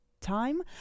time